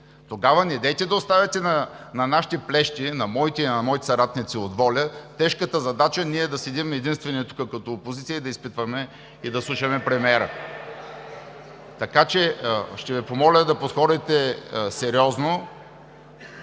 Тогава недейте да оставяте на нашите плещи, на моите и на моите съратници от ВОЛЯ, тежката задача ние да седим единствени тук като опозиция да изпитваме и слушаме премиера. (Възгласи: „Еее!“) Ще Ви помоля да подходите сериозно,